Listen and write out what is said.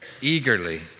eagerly